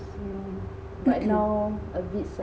mm